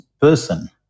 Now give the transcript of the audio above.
person